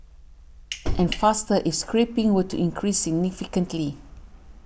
and faster if scrapping were to increase significantly